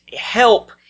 help